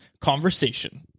Conversation